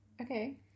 Okay